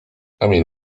emil